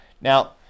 Now